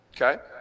Okay